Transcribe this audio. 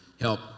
help